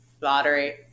Lottery